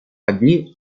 одни